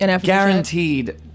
guaranteed